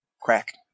Crack